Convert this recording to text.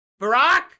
Barack